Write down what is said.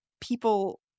people –